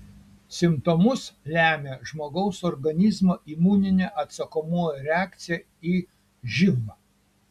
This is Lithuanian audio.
simptomus lemia žmogaus organizmo imuninė atsakomoji reakcija į živ